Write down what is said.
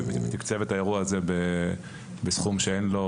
ותקצב את האירוע הזה בסכום שאין לו,